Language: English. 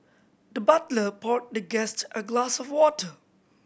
the butler poured the guest a glass of water